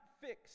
fix